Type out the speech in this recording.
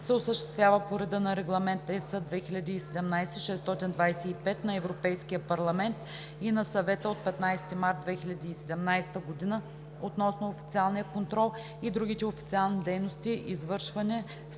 се осъществяват по реда на Регламент (EС) 2017/625 на Европейския парламент и на Съвета от 15 март 2017 г. относно официалния контрол и другите официални дейности, извършвани